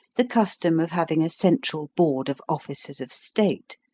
the custom of having a central board of officers of state,